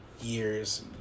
years